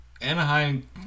Anaheim